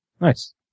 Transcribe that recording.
Nice